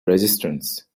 resistance